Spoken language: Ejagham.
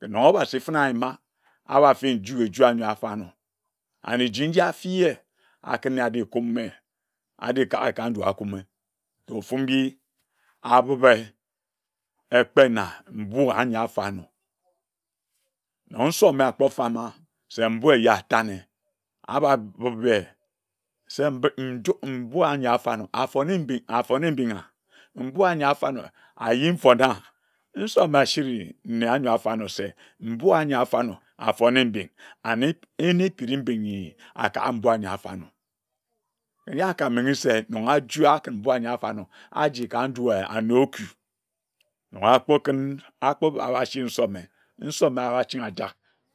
ken obasi fene ayima abafi nju eju anyi afornor and eji njia afi ye akune aji afarnor nor nsoma akpor-famer se mbui eye atane a babib wae se mbid nduk mbui anyi afarnor afone mbid afone mbinga mbui anyi afarnor ayi mfona nsoma asiri nne anyor afarnor se mbui anyi afarnor a fone mbing and yine akpini mbinghi akam mbui anyi afarnor ye akamenghe se neyor ajua kin mbui anyi afanor asi ka njue anne oku na akpokun akpoba abasiri nsome nsoma aba chin aja